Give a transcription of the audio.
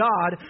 God